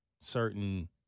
certain